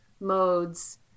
modes